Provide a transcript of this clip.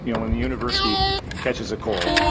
you know when the university catches a cold.